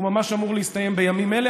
הוא ממש אמור להסתיים בימים אלה.